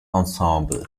ensemble